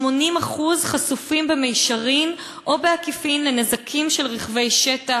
80% חשופים במישרין או בעקיפין לנזקים של רכבי שטח,